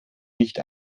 nicht